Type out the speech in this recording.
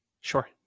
Sure